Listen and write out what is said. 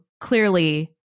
clearly